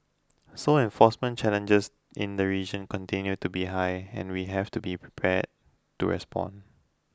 so enforcement challenges in the region continue to be high and we have to be prepared to respond